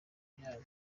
byanyu